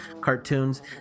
cartoons